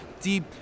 deep